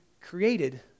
created